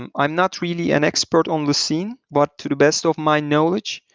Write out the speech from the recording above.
and i'm not really an expert on the scene, but to the best of my knowledge,